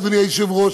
אדוני היושב-ראש,